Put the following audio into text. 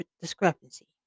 discrepancy